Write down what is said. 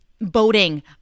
boating